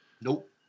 Nope